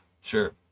Sure